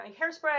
Hairspray